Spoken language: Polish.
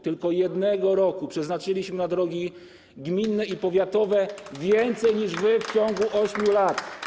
Tylko w ciągu roku przeznaczyliśmy na drogi gminne i powiatowe więcej niż wy w ciągu 8 lat.